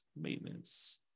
Maintenance